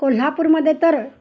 कोल्हापूरमध्ये तर